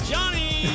Johnny